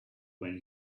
when